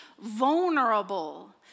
vulnerable